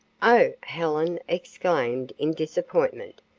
oh, helen exclaimed in disappointment.